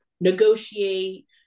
negotiate